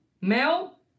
Mel